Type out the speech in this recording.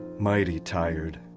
mighty tired.